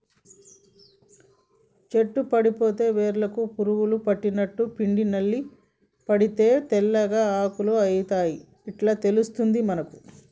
చెట్టు ఎండిపోతే వేర్లకు పురుగు పట్టినట్టు, పిండి నల్లి పడితే తెల్లగా ఆకులు అయితయ్ ఇట్లా తెలుస్తది మనకు